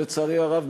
לצערי הרב,